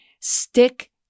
stick